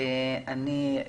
אני,